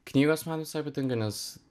knygos man visai patinka nes